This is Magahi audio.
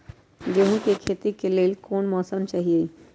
गेंहू के खेती के लेल कोन मौसम चाही अई?